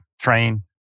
train